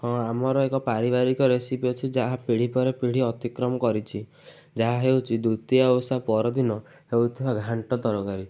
ହଁ ଆମର ଏକ ପାରିବାରିକ ରେସିପି ଅଛି ଯାହା ପୀଢ଼ି ପରେ ପୀଢ଼ି ଅତିକ୍ରମ କରିଛି ଯାହା ହେଉଛି ଦ୍ଵିତୀୟ ଓଷା ପରଦିନ ହେଉଥିବା ଘାଣ୍ଟ ତରକାରୀ